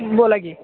बोला की